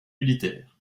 militaires